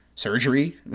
Surgery